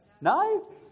No